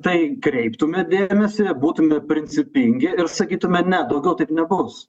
tai kreiptume dėmesį būtume principingi ir sakytume ne daugiau taip nebus